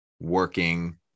working